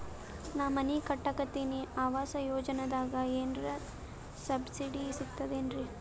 ನಾ ಮನಿ ಕಟಕತಿನಿ ಆವಾಸ್ ಯೋಜನದಾಗ ಏನರ ಸಬ್ಸಿಡಿ ಸಿಗ್ತದೇನ್ರಿ?